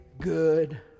good